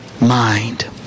mind